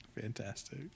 Fantastic